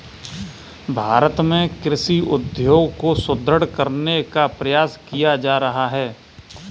भारत में कृषि उद्योग को सुदृढ़ करने का प्रयास किया जा रहा है